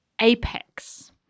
Apex